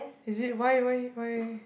is it why why why